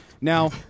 Now